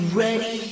ready